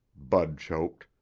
bud choked.